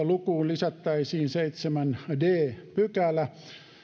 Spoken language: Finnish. lukuun lisättäisiin seitsemäs d pykälä